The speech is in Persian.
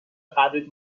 قبرت